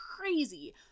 crazy